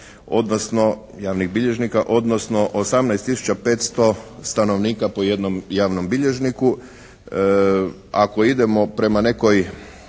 odnosno 18 tisuća 500 stanovnika po jednom javnom bilježniku. Ako idemo prema nekoj